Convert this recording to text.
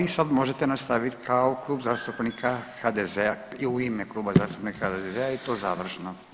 I sad možete nastaviti kao Klub zastupnika HDZ-a u ime Kluba zastupnika HDZ-a i to završno.